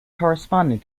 corresponding